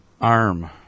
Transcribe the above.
Arm